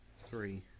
Three